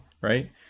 right